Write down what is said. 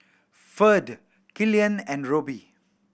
Ferd Killian and Roby